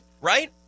right